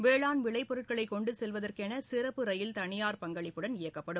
வேளாண் விளைபொருட்களை கொண்டு செல்வதற்கென சிறப்பு ரயில் தனியார் பங்களிப்புடன் இயக்கப்படும்